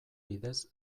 bidez